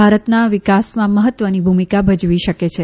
ભારતના વિકાસમાં મહત્વની ભૂમિકા ભજવી શકે છે